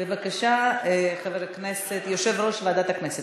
בבקשה, יושב-ראש ועדת הכנסת.